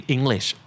English